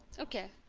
okay